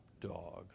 dog